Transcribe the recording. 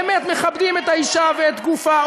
באמת מכבדים את האישה ואת גופה,